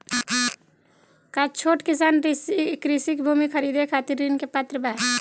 का छोट किसान कृषि भूमि खरीदे के खातिर ऋण के पात्र बा?